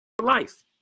life